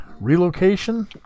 relocation